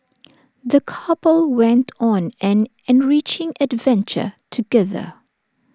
the couple went on an enriching adventure together